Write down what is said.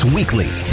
Weekly